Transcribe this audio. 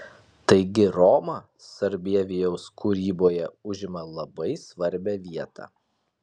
taigi roma sarbievijaus kūryboje užima labai svarbią vietą